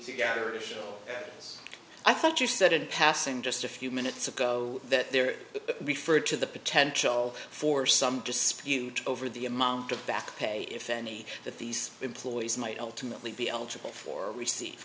together and i thought you said in passing just a few minutes ago that there referred to the potential for some dispute over the amount of back pay if any that these employees might ultimately be eligible for recei